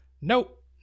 nope